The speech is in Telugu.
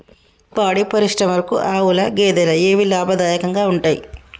పాడి పరిశ్రమకు ఆవుల, గేదెల ఏవి లాభదాయకంగా ఉంటయ్?